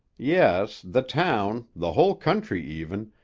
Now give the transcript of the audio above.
yes, the town, the whole country even,